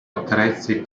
attrezzi